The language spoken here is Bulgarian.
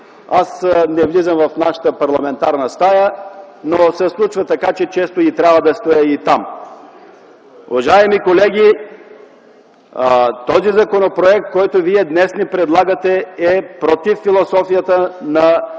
Аз не влизам в нашата парламентарна стая, но се случва така, че често трябва да стоя и там. Уважаеми колеги, този законопроект, който днес ни предлагате, е против философията на